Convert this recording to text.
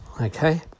okay